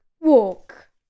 walk